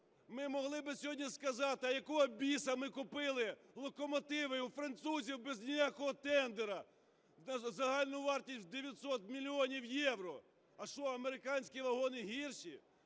Ми могли би сьогодні сказати: а якого біса ми купили локомотиви у французів без ніякого тендера загальною вартістю в 900 мільйонів євро? А що, американські вагони гірші?